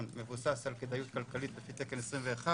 מבוסס על כדאיות כלכלית לפי תקן 21,